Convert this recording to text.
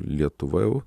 lietuva jau